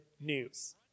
news